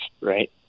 right